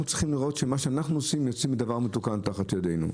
אנחנו צריכים לראות שאנחנו מוציאים משהו מתוקן תחת ידינו.